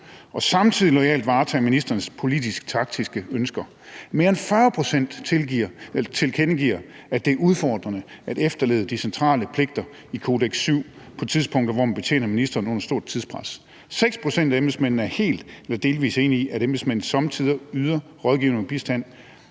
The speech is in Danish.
og samtidig loyalt varetage ministerens politisk-taktiske ønsker. Mere end 40 pct. tilkendegiver, at det er udfordrende at efterleve de centrale pligter i »Kodex VII« på tidspunkter, hvor man betjener ministeren under stort tidspres. Mener ordføreren, at de embedsfolk tager fejl i